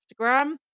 Instagram